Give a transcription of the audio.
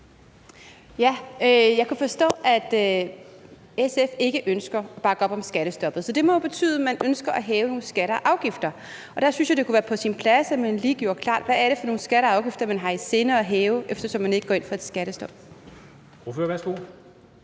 Jeg kan forstå, at SF ikke ønsker at bakke op om skattestoppet, så det må jo betyde, at man ønsker at hæve nogle skatter og afgifter. Og der synes jeg, det kunne være på sin plads, at man lige gjorde klart, hvad det er for nogle skatter og afgifter, man har i sinde at hæve, eftersom man ikke går ind for et skattestop.